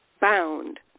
bound